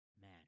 Man